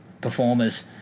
performers